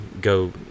go